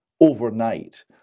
overnight